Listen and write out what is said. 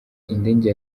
indege